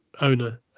owner